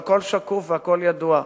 והכול שקוף והכול ידוע.